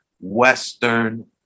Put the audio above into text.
Western